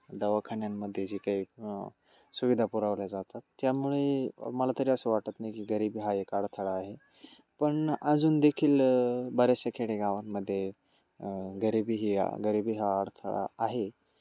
दवाखान्यांमध्ये जे काही सुविधा पुरवल्या जातात त्यामुळे मला तरी असं वाटत नाही की गरीबी हा एक अडथळा आहे पण अजून देखील बऱ्याचशा खेडेगावांमध्ये गरीबी ही गरीबी हा अडथळा आहे